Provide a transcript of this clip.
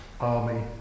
army